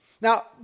Now